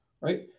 right